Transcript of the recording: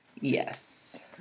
Yes